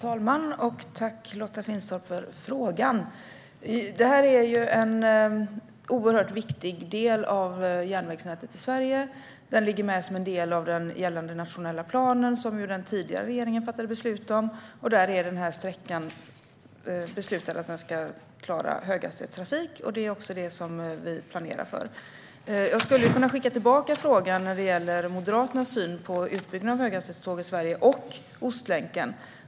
Fru talman! Tack, Lotta Finstorp, för frågan! Det här är en oerhört viktig del av järnvägsnätet i Sverige. Den ligger med som en del av den gällande nationella planen som ju den tidigare regeringen fattade beslut om. Där finns beslut om att den här sträckan ska klara höghastighetstrafik. Det är också det som vi planerar för. Jag skulle kunna skicka tillbaka frågan när det gäller Moderaternas syn på utbyggnaden av höghastighetståg i Sverige och Ostlänken.